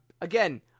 Again